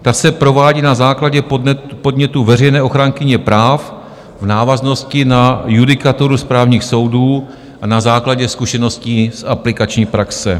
Ta se provádí na základě podnětu veřejné ochránkyně práv v návaznosti na judikaturu správních soudů a na základě zkušeností z aplikační praxe.